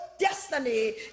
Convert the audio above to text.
destiny